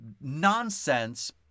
nonsense